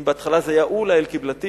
אם בהתחלה זה היה אולא אל-קבלתיין,